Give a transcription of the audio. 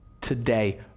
today